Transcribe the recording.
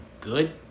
good